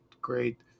great